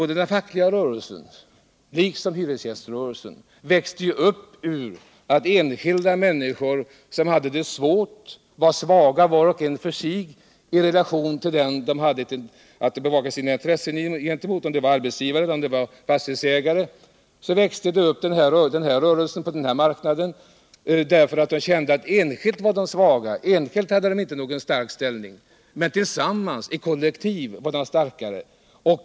Den fackliga rörelsen, liksom hyresgäströrelsen, växte fram därför att enskilda människor, som hade det svårt, var svaga var och en för sig i relationer som de hade att bevaka sina intressen emot — arbetsgivare eller fastighetsägare. De kände att de inte hade någon stark ställning enskilt, men tillsammans, i ett kollektiv var de starkare.